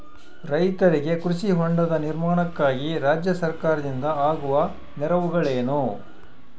ರೈತರಿಗೆ ಕೃಷಿ ಹೊಂಡದ ನಿರ್ಮಾಣಕ್ಕಾಗಿ ರಾಜ್ಯ ಸರ್ಕಾರದಿಂದ ಆಗುವ ನೆರವುಗಳೇನು?